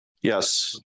Yes